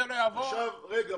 ד"ר הרטשטיין,